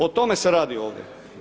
O tome se radi ovdje.